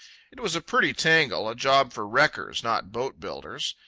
it was a pretty tangle, a job for wreckers, not boat-builders.